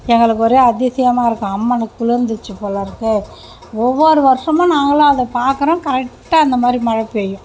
எங்களுக்கு ஒரே அதிசயமாக இருக்கும் அம்மனுக்கு குளுர்ந்துச்சு போல இருக்குது ஒவ்வொரு வருடமும் நாங்களும் அதை பார்க்கறோம் அது கரெக்டாக அந்த மாதிரி மழை பெய்யும்